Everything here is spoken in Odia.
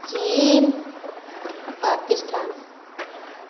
ଚୀନ ପାକିସ୍ତାନ